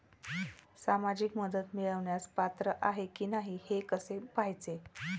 सामाजिक मदत मिळवण्यास पात्र आहे की नाही हे कसे पाहायचे?